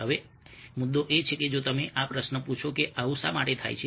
હવે મુદ્દો એ છે કે જો તમે આ પ્રશ્ન પૂછો કે આવું શા માટે થાય છે